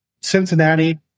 Cincinnati